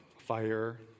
fire